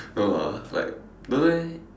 no ah like don't eh